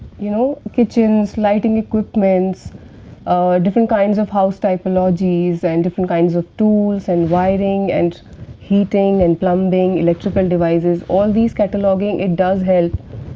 you know, kitchens lighting equipments ah ah different kinds of house typologies and different kinds of tools and wiring and heating and plumbing electrical devices all this cataloging, it does help.